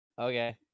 Okay